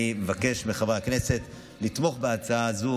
אני מבקש מחברי הכנסת לתמוך בהצעה הזו